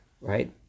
right